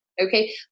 okay